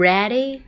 Ready